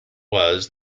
was